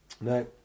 No